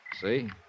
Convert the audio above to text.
See